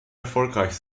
erfolgreich